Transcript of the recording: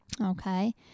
Okay